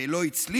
וגם לא הצליח,